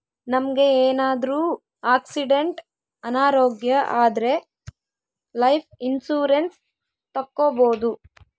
ನಮ್ಗೆ ಏನಾದ್ರೂ ಆಕ್ಸಿಡೆಂಟ್ ಅನಾರೋಗ್ಯ ಆದ್ರೆ ಲೈಫ್ ಇನ್ಸೂರೆನ್ಸ್ ತಕ್ಕೊಬೋದು